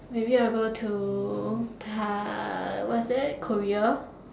maybe I will go to Tai what's that Korea